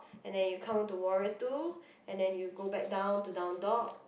and then you come to warrior two and then you go back down to downward dog